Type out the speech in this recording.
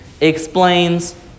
explains